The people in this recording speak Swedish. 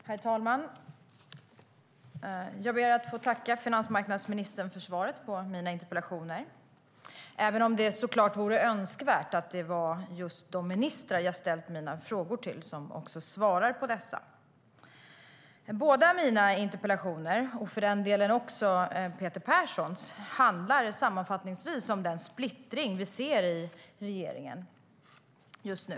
Herr talman! Jag ber att få tacka finansmarknadsministern för svaret på mina interpellationer, även om det såklart hade varit önskvärt att de ministrar som jag ställde mina frågor till också hade svarat på dem. Båda mina interpellationer, och för den delen också Peter Perssons, handlar sammanfattningsvis om den splittring vi ser i regeringen just nu.